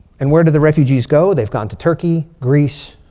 and where do the refugees go? they've gone to turkey, greece,